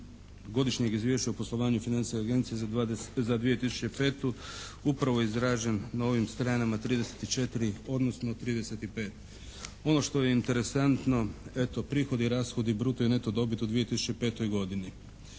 Godišnjeg izvješća o poslovanju financijske agencije za 2005. upravo izražen na ovim stranama 34. odnosno 35. Ono što je interesantno, eto prihodi i rashodi, bruto i neto dobit u 2005. godino.